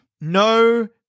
No